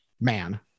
man